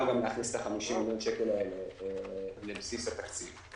להכניס גם את 50 מיליון השקלים האלה לבסיס התקציב.